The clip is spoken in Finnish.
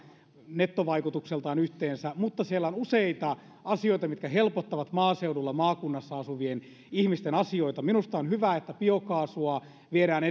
nettovaikutukseltaan yhteensä mutta siellä on useita asioita mitkä helpottavat maaseudulla maakunnissa asuvien ihmisten asioita minusta on hyvä että biokaasua viedään